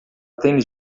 tênis